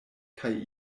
kaj